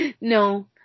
No